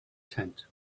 tent